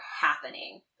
happening